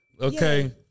okay